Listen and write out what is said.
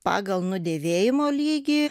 pagal nudėvėjimo lygį